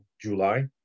July